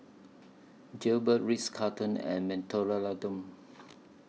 Jaybird Ritz Carlton and Mentholatum